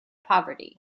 poverty